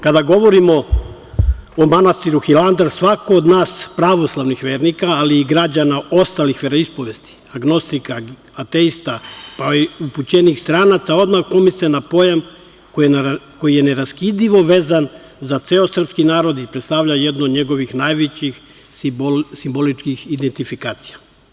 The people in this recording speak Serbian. Kada govorimo o manastiru Hilandar, svako od nas, pravoslavnih vernika, ali i građana ostalih veroispovesti agnostika, ateista, odmah pomisle na pojam koji je neraskidivo vezan za ceo srpski narod i predstavlja jednu od njegovih najvećih simboličkih identifikacija.